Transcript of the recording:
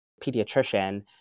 pediatrician